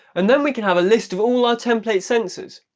and then we can have a list of all ah template sensors.